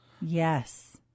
yes